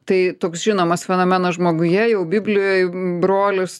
tai toks žinomas fenomenas žmoguje jau biblijoj brolis